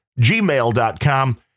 gmail.com